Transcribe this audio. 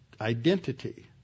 identity